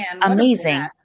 amazing